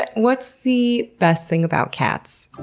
what's the best thing about cats?